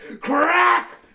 Crack